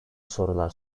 sorular